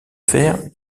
faire